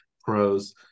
pros